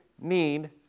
need